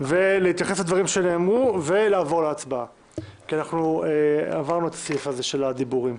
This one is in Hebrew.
ולהתייחס לדברים שנאמרו ולעבור להצבעה כי עברנו את הדיבורים.